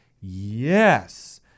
Yes